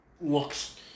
looks